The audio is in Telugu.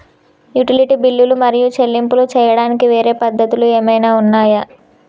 యుటిలిటీ బిల్లులు మరియు చెల్లింపులు చేయడానికి వేరే పద్ధతులు ఏమైనా ఉన్నాయా?